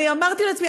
אני אמרתי לעצמי,